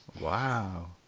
Wow